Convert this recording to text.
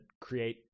create